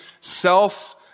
self